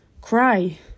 Cry